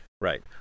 right